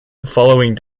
following